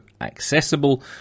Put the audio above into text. accessible